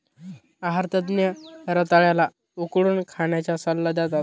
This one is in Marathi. आहार तज्ञ रताळ्या ला उकडून खाण्याचा सल्ला देतात